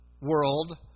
world